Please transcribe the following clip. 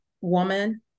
woman